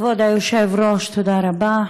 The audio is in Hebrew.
כבוד היושב-ראש, תודה רבה,